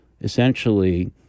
essentially